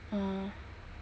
oh